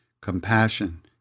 compassion